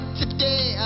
today